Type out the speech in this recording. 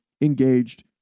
engaged